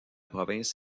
province